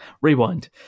Rewind